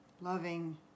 loving